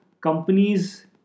companies